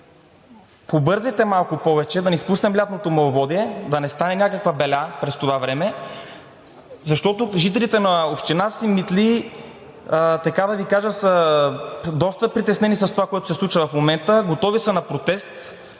побързайте малко повече, да не изпуснем лятното маловодие, да не стане някаква беля през това време, защото жителите на община Симитли, да Ви кажа, са доста притеснени от това, което се случва в момента, готови са на протест,